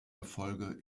erfolge